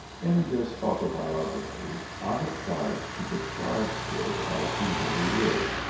in this autobiography i have tried to describe kid as he really is,